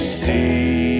see